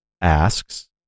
asks